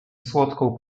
słodką